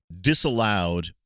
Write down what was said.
disallowed